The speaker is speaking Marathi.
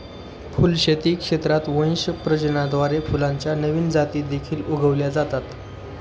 फुलशेती क्षेत्रात वंश प्रजननाद्वारे फुलांच्या नवीन जाती देखील उगवल्या जातात